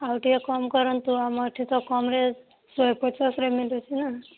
ଆଉ ଟିକିଏ କମ୍ କରନ୍ତୁ ଆମର ଏଠି ତ କମ୍ରେ ଶହେ ପଚାଶରେ ମିଳୁଛି ନା